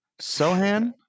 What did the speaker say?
Sohan